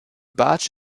bartsch